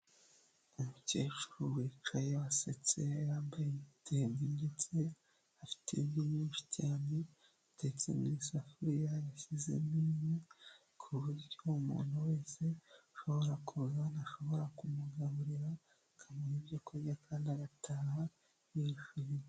Umukecuru wicaye, wasetse, yambaye igitenge ndetse afite inkwi nyinshi cyane ndetse n'isafuriya, yashyizemo inkwi ku buryo umuntu wese ushobora kuza hano ashobora kumugaburira, akamuha ibyo kurya kandi agataha yishimye.